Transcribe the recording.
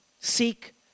Seek